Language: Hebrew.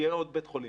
שיהיה עוד בית חולים.